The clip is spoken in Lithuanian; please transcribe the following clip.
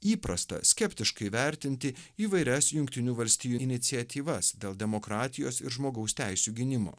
įprasta skeptiškai vertinti įvairias jungtinių valstijų iniciatyvas dėl demokratijos ir žmogaus teisių gynimo